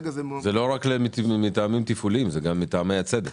זה לא רק מטעמים תפעוליים, זה גם מטעמי צדק.